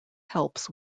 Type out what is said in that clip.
helps